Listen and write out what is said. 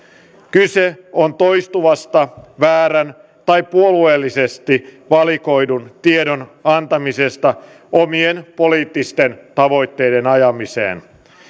kyse on toistuvasta väärän tai puolueellisesti valikoidun tiedon antamisesta omien poliittisten tavoitteiden ajamiseen